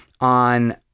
on